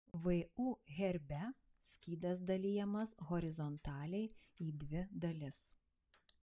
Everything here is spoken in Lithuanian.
vu herbe skydas dalijamas horizontaliai į dvi dalis